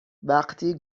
وقتی